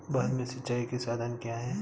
भारत में सिंचाई के साधन क्या है?